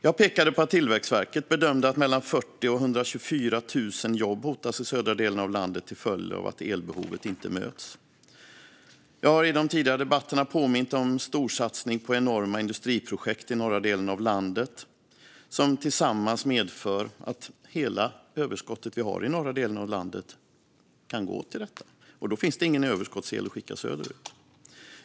Jag pekade på att Tillväxtverket bedömde att mellan 40 000 och 124 000 jobb hotas i södra delen av landet till följd av att elbehovet inte möts. Jag har i de tidigare debatterna även påmint om den storsatsning på enorma industriprojekt i norra delen av landet som sammantaget medför att hela det överskott vi har i norra delen av landet kan gå åt till detta. Då finns det ingen överskottsel att skicka söderut.